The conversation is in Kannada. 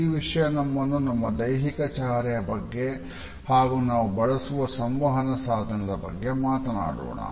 ಈ ವಿಷಯ ನಮ್ಮನ್ನು ನಮ್ಮ ದೈಹಿಕ ಚಹರೆಯ ಬಗ್ಗೆ ಹಾಗು ನಾವು ಬಳಸುವ ಸಂವಹನ ಸಾಧನದ ಬಗ್ಗೆ ಮಾತನಾಡೋಣ